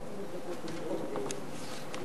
סעיפים 1 17 נתקבלו.